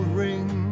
ring